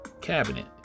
cabinet